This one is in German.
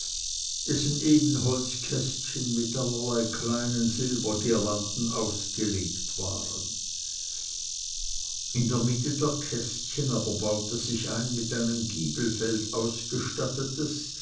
dessen ebenholzkästchen mit allerlei kleinen silbergirlanden ausgelegt waren in der mitte dieser kästchen aber baute sich ein mit einem giebelfeld ausgestattetes